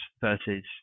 versus